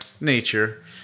nature